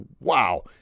wow